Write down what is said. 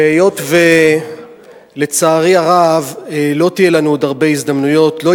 היות שלצערי הרב לא יהיו לנו עוד הרבה הזדמנויות,